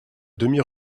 demi